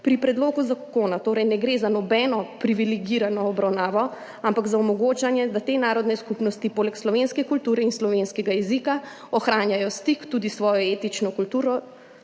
Pri predlogu zakona torej ne gre za nobeno privilegirano obravnavo, ampak za omogočanje, da te narodne skupnosti poleg slovenske kulture in slovenskega jezika ohranjajo stik tudi s svojo etično kulturno